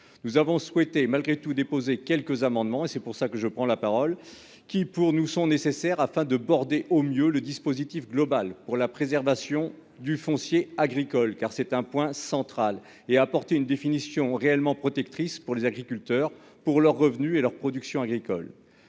nous avons souhaité malgré tout déposé quelques amendements et c'est pour ça que je prends la parole qui pour nous sont nécessaires afin de border au mieux le dispositif global pour la préservation du foncier agricole car c'est un point central et a apporté une définition réellement protectrice pour les agriculteurs pour leurs revenus et leur production agricole